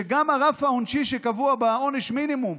וגם הרף העונשי שקבוע בעונש מינימום,